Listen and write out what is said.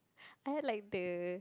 I like the